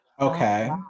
Okay